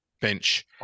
bench